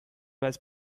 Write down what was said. was